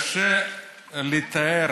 קשה לתאר